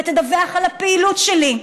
ותדווח על הפעילות שלי.